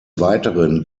weiteren